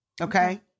Okay